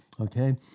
Okay